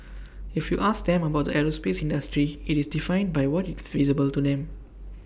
if you ask them about the aerospace industry IT is defined by what is visible to them